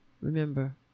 remember